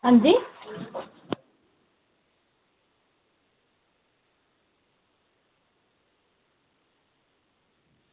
अंजी